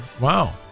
Wow